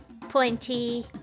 pointy